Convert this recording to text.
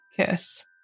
Kiss